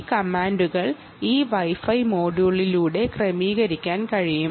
ഈ കമാൻഡുകൾ ഈ വൈഫൈ മൊഡ്യൂളിലൂടെ ക്രമീകരിക്കാൻ കഴിയും